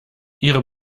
ihre